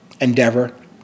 endeavor